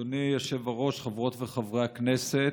אדוני היושב-ראש, חברות וחברי הכנסת,